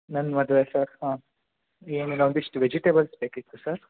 ನನ್ನ ಮದುವೆ ಸರ್ ಹಾಂ ಏನಿಲ್ಲ ಒಂದಿಷ್ಟು ವೆಜಿಟೇಬಲ್ಸ್ ಬೇಕಿತ್ತು ಸರ್